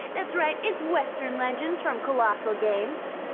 that's right, it's western legends from colossal games.